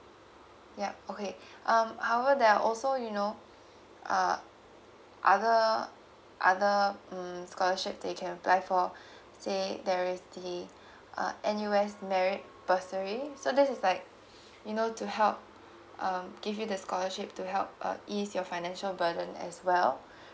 yup okay um however there are also you know uh other other mm scholarship they can apply for say there is the uh N_U_S merit bursary so this is like you know to help um give you the scholarship to help uh ease your financial burden as well